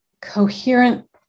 coherent